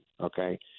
okay